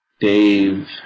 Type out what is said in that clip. Dave